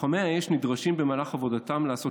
"לוחמי האש נדרשים במהלך עבודתם לעשות